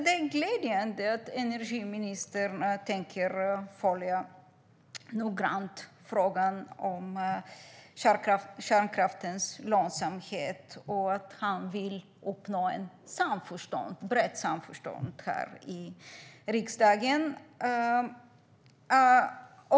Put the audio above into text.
Det glädjande att energiministern tänker följa frågan om kärnkraftens lönsamhet noga och att han vill uppnå ett brett samförstånd i riksdagen.